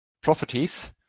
properties